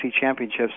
championships